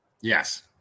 Yes